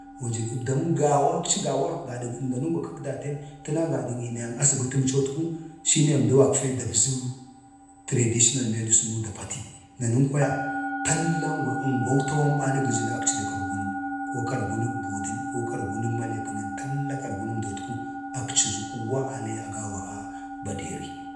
əbdaman gaawa aci gadag əmdanangwa kak daten təna gadan iinayan azbətəmcotku atə ne əmdau gakfe dabzuu traditional medicine nu da pati, nanən kwaya tallangwa angwau tawan bani gə jə na akci də kargunən ko kargu nəg buudan, ko kargunan maleekənən. talla kargunəmdotku akci azu huuwa alee agawa a baderi.